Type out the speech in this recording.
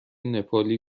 نپالی